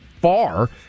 far